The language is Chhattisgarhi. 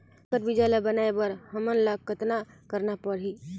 संकर बीजा ल बनाय बर हमन ल कतना करना परही?